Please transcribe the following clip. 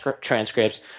transcripts